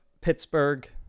Pittsburgh